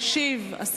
מס' 309 ו-404.